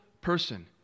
person